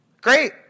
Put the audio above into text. Great